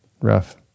rough